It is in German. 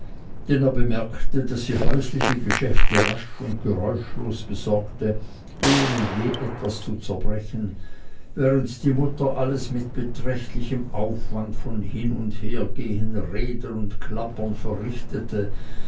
bemerkte daß sie häusliche geschäfte rasch und geräuschlos besorgte ohne je etwas zu zerbrechen während die mutter alles mit beträchtlichem aufwand von hin und hergehen reden und klappern verrichtete